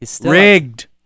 rigged